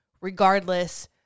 regardless